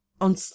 on